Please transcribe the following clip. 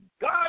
God